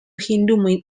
hindu